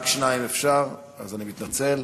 רק שניים אפשר, אז אני מתנצל.